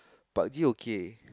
park g okay